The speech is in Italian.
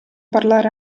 parlare